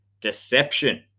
deception